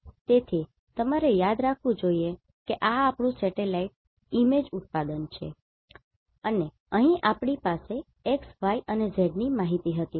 તેથી તમારે યાદ રાખવું જ જોઇએ કે આ આપણું સેટેલાઇટ ઇમેજ ઉત્પાદન છે અને અહીં આપણી પાસે x y અને z ની માહિતી હતી